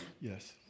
Yes